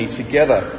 together